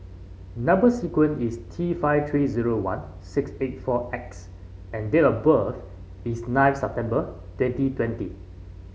number sequence is T five three zero one six eight four X and date of birth is nine September twenty twenty